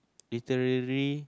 literary